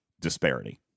disparity